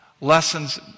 lessons